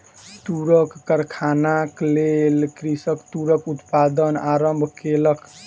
तूरक कारखानाक लेल कृषक तूरक उत्पादन आरम्भ केलक